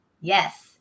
yes